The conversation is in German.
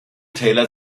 täler